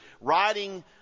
writing